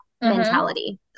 mentality